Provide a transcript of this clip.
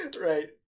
Right